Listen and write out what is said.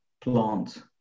plant